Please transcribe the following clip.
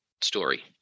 story